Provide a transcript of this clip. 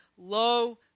low